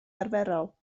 arferol